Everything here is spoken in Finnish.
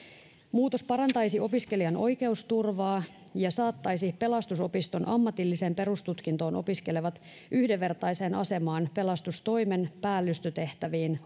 muutos parantaisi opiskelijan oikeusturvaa ja saattaisi pelastusopiston ammatilliseen perustutkintoon opiskelevat yhdenvertaiseen asemaan pelastustoimen päällystötehtäviin